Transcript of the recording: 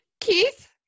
Keith